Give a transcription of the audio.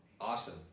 awesome